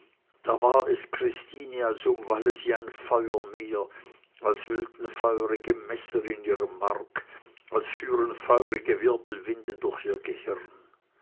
da war es christine als umwalle sie ein feuermeer als wühlten feurige messer in ihrem mark als führen feurige wirbelwinde durch ihr gehirn